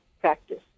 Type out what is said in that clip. practice